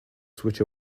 switch